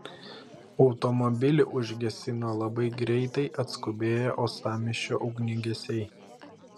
automobilį užgesino labai greitai atskubėję uostamiesčio ugniagesiai